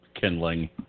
kindling